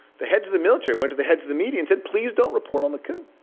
the heads of the military went to the heads of the media and said please don't report on the coup.